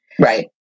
Right